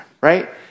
right